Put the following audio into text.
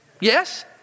Yes